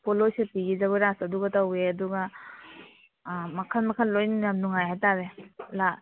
ꯄꯣꯂꯣꯏ ꯁꯦꯠꯄꯤꯒꯤ ꯖꯒꯣꯏ ꯔꯥꯖ ꯑꯗꯨꯒ ꯇꯧꯋꯦ ꯑꯗꯨꯒ ꯑꯥ ꯃꯈꯜ ꯃꯈꯜ ꯂꯣꯏ ꯌꯥꯝ ꯅꯨꯡꯉꯥꯏ ꯍꯥꯏꯇꯔꯦ